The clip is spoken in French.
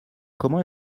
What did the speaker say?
comment